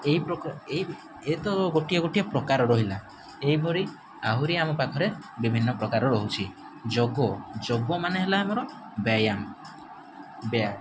ଏହି ପ୍ରକ ଏହି ଏତ ଗୋଟିଏ ଗୋଟିଏ ପ୍ରକାର ରହିଲା ଏହିପରି ଆହୁରି ଆମ ପାଖରେ ବିଭିନ୍ନ ପ୍ରକାର ରହୁଛି ଯୋଗ ଯୋଗମାନେ ହେଲା ଆମର ବାୟାମ